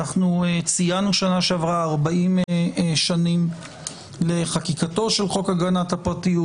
אנחנו ציינו שנה שעברה 40 שנה לחקיקת חוק הגנת הפרטיות.